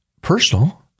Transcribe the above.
personal